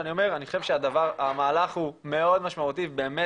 אבל אני חושב שהמהלך הוא מאוד משמעותי ובאמת